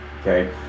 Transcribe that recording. okay